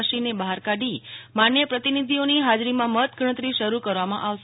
મશીનને બહાર કાઢી માન્ય પ્રતિનિધિઓની હાજરીમાં મતગણતરી શરૂ કરવામાં આવશે